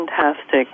fantastic